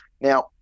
Now